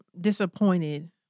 disappointed